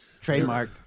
Trademarked